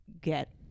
get